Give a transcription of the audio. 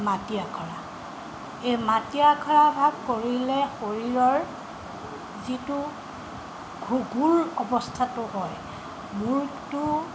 মাটি আখৰা এই মাটি আখৰাভাগ কৰিলে শৰীৰৰ যিটো গুঘূৰ অৱস্থাটো হয় মূৰটো